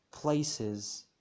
places